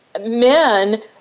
men